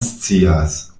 scias